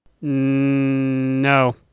No